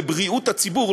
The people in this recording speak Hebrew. בבריאות הציבור,